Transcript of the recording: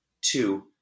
Two